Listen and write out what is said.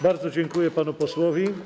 Bardzo dziękuję panu posłowi.